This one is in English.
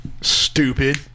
Stupid